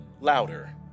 louder